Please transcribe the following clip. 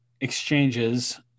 exchanges